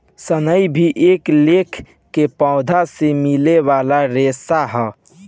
सनई भी एक लेखा के पौधा से मिले वाला रेशा ह